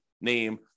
name